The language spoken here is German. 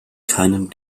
keinem